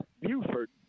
Buford